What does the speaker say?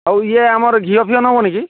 ହେଉ ଇଏ ଆମର ଘିଅ ଫିଅ ନେବନିକି